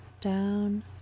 down